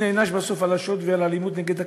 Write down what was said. נענשים בסוף על השוד ועל האלימות נגד הקשיש,